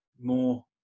more